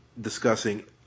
discussing